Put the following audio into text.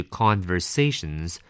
conversations